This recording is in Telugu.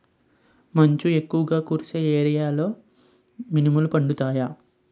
మంచు ఎక్కువుగా కురిసే ఏరియాలో మినుములు పండుతాయా?